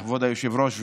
כבוד היושב-ראש,